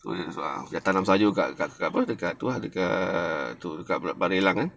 tanam sayur kat kat kat apa dekat tu ah dekat tu kat barelang